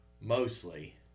mostly